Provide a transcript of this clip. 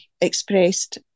expressed